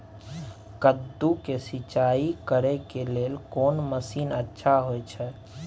कद्दू के सिंचाई करे के लेल कोन मसीन अच्छा होय छै?